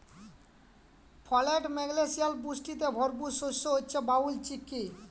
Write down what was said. folate, magnesium পুষ্টিতে ভরপুর শস্য হচ্যে ব্রাউল চিকপি